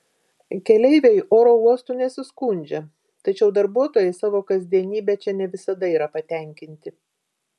keleiviai oro uostu nesiskundžia tačiau darbuotojai savo kasdienybe čia ne visada yra patenkinti